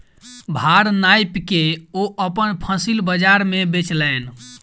भार नाइप के ओ अपन फसिल बजार में बेचलैन